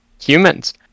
humans